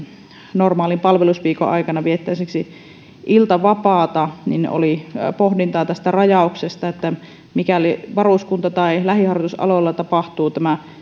normaalin palvelusviikon aikana viettää esimerkiksi iltavapaata niin oli pohdintaa tästä rajauksesta että mikäli varuskunta tai lähiharjoitusalueella tapahtuu